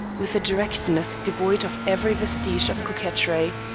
with a directness devoid of every vestige of coquetry.